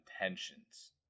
intentions